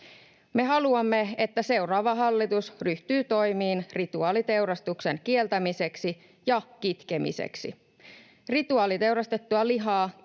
Me haluamme, että seuraava hallitus ryhtyy toimiin rituaaliteurastuksen kieltämiseksi ja kitkemiseksi. Rituaaliteurastettua lihaa